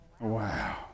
Wow